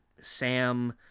Sam